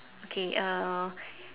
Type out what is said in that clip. okay uh